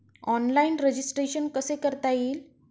Online registration कसे करता येईल?